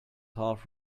half